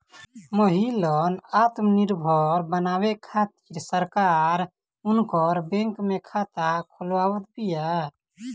महिलन आत्मनिर्भर बनावे खातिर सरकार उनकर बैंक में खाता खोलवावत बिया